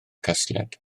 casgliad